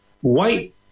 white